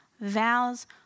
vows